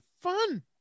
Fun